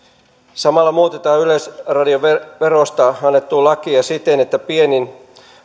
samalla muutetaan yleisradioverosta annettua lakia siten että pienin